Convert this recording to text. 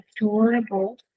adorable